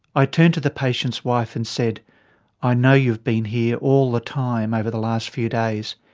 i turned to the patient's wife and said i know you've been here all the time over the last few days.